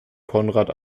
conrad